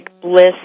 bliss